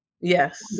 Yes